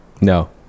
no